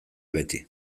beti